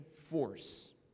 Force